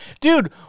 Dude